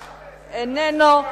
איננו.